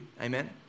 Amen